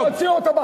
סיים את דבריך.